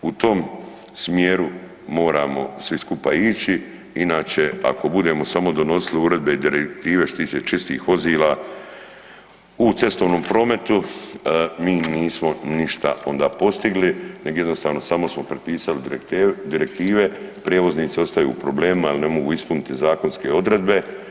U tom smjeru moramo svi skupa ići, inače ako budemo samo donosili uredbe i direktive što se tiče čistih vozila u cestovnom prometu mi nismo ništa onda postigli, nego jednostavno samo smo prepisali direktive, prijevoznici ostaju u problemima jer ne mogu ispuniti zakonske odredbe.